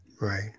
Right